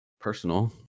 personal